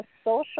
social